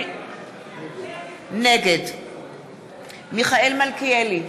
נגד מיכאל מלכיאלי,